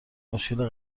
مشکل